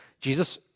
Jesus